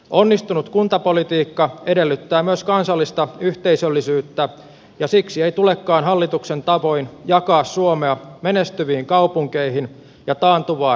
onnistunut kuntapolitiikka edellyttää myös kansallista yhteisöllisyyttä ja siksi ei tulekaan hallituksen tavoin jakaa suomea menestyviin kaupunkeihin ja taantuvaan maaseutuun